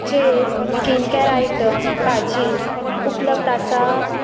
चेर skincare item भाजी उपलब्ध आसा